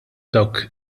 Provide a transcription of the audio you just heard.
dawk